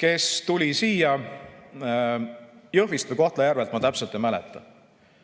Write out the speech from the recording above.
kes tuli siia Jõhvist või Kohtla-Järvelt, ma täpselt ei mäleta.